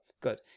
good